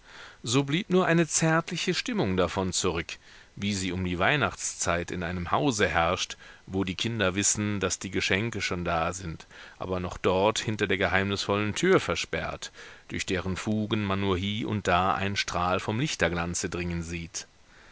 so blieb nur eine zärtliche stimmung davon zurück wie sie um die weihnachtszeit in einem hause herrscht wo die kinder wissen daß die geschenke schon da sind aber noch dort hinter der geheimnisvollen tür versperrt durch deren fugen man nur hie und da einen strahl vom lichterglanze dringen sieht